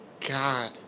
God